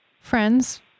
friends